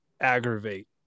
aggravate